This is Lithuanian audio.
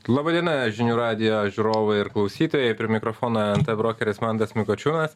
laba diena žinių radijo žiūrovai ir klausytojai per mikrofono nt brokeris mantas mikočiūnas